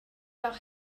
doch